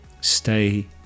stay